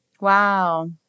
Wow